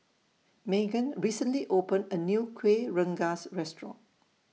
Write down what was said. Meghann recently opened A New Kuih Rengas Restaurant